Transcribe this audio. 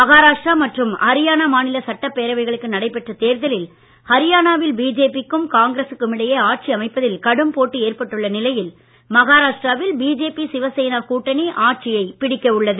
மஹாராஷ்டிரா மற்றும் அரியானா மாநில சட்டப் பேரவைகளுக்கு நடைபெற்ற தேர்தலில் அரியானாவில் பிஜேபி க்கும் காங்கிரசுக்கும் இடையே ஆட்சி அமைப்பதில் கடும் போட்டி ஏற்பட்டுள்ள நிலையில் மஹாராஷ்டிராவில் பிஜேபி சிவசேனா கூட்டணி ஆட்சியை பிடிக்கவுள்ளது